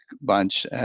bunch